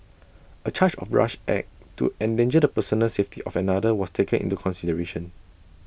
A charge of rash act to endanger the personal safety of another was taken into consideration